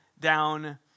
down